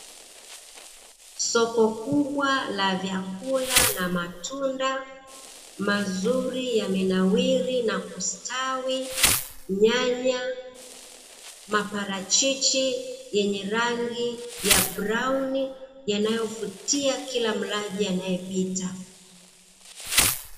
Soko kubwa la vyakula na matunda mazuri, yamenawiri na kustawi, nyanya, maparachichi yenye rangi ya brauni yanayovutia kila mlaji anayepita.